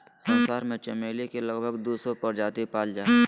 संसार में चमेली के लगभग दू सौ प्रजाति पाल जा हइ